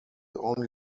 only